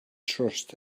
trust